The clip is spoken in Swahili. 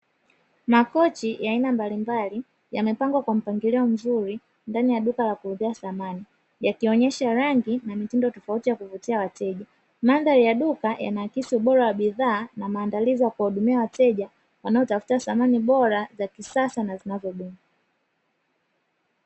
Makochi ya aina mbalimbali yamepangwa kwa mpangilio mzuri ndani ya duka la kuuzia samani yakionesha rangi na mitindo tofauti ya kuvutia wateja; mandhari ya duka yanaakisi ubora wa bidhaa na maandalizi ya kuwahudumia wateja wanaotafuta samani bora za kisasa na zinazodumu.